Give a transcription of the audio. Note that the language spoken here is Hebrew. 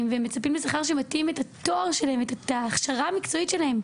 הם מצפים לשכר שמתאים את ההכשרה שלהם את המקצוע שלהם,